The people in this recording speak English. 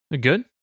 Good